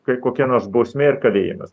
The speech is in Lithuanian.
kai kokia nors bausmė ar kalėjimas